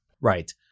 Right